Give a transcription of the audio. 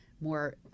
more